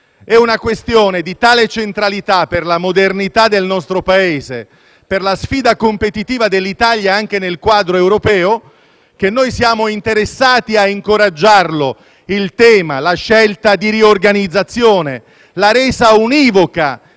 È una questione di tale centralità per la modernità del nostro Paese e per la sfida competitiva dell'Italia, anche nel quadro europeo, che noi siamo interessati a incoraggiare il tema, la scelta di riorganizzazione, la resa univoca